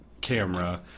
camera